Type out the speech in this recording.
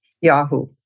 Yahoo